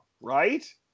right